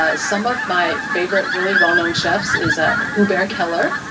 ah some of my favorite really well-known chefs is ah hubert keller,